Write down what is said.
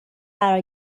قرار